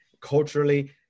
culturally